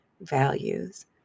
values